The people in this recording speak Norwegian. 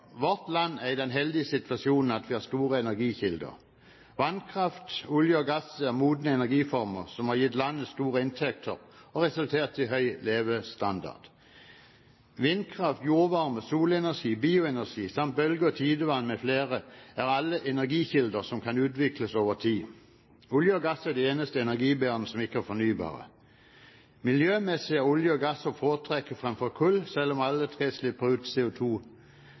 land er i den heldige situasjonen at vi har store energikilder. Vannkraft, olje og gass er modne energiformer som har gitt landet store inntekter og resultert i høy levestandard. Vindkraft, jordvarme, solenergi, bioenergi samt bølger og tidevann mfl. er alle energikilder som kan utvikles over tid. Olje og gass er de eneste energibærerne som ikke er fornybare. Miljømessig er olje og gass å foretrekke fremfor kull, selv om alle tre slipper ut